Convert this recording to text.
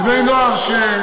בני-נוער,